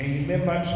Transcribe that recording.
remember